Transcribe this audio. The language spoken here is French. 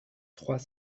trois